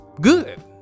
good